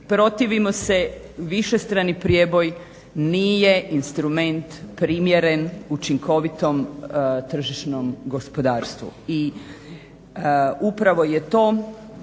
Protivimo se višestrani prijeboj nije instrument primjeren učinkovitom tržišnom gospodarstvu.